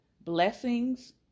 blessings